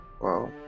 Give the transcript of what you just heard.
Wow